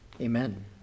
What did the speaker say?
Amen